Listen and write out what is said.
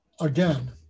again